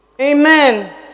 Amen